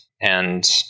and-